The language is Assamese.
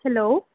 হেল্ল'